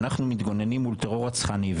אנחנו מתגוננים מול טרור רצחני.